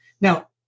Now